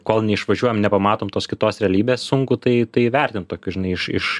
kol neišvažiuojam nepamatom tos kitos realybės sunku tai tai įvertint tokiu žinai iš iš